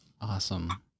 Awesome